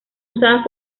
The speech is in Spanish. usadas